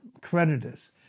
creditors